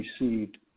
received